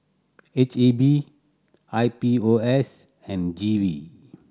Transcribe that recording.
H E B I P O S and G V